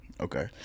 Okay